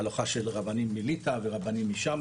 הלכה של רבנים מליטא ורבנים משמה,